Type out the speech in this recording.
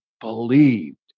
believed